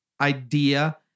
idea